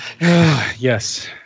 Yes